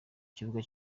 kibuga